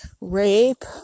rape